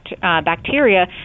bacteria